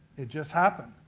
it just happened.